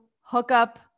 hookup